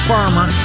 Farmer